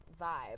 vibe